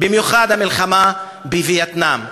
במיוחד המלחמה בווייטנאם,